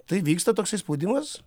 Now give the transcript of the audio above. tai vyksta toksai spaudimas